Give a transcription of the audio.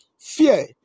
Fear